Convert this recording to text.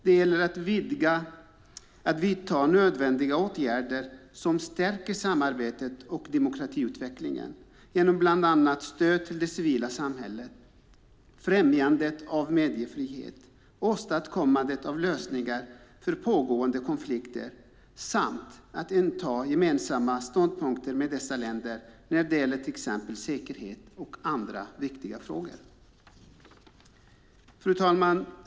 Det gäller att vidta nödvändiga åtgärder som stärker samarbetet och demokratiutvecklingen, bland annat genom stöd till det civila samhället, främjande av mediefrihet, åstadkommande av lösningar av pågående konflikter samt intagande av gemensamma ståndpunkter med dessa länder när det gäller säkerhet och andra viktiga frågor. Fru talman!